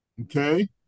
Okay